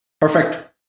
Perfect